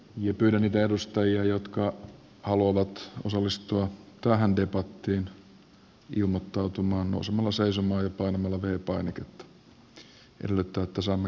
pyydän niitä edustajia jotka haluavat osallistua tähän debattiin ilmoittautumaan nousemalla seisomaan ja painamalla v painiketta edellyttäen että saamme koneet toimimaan